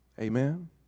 Amen